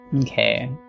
Okay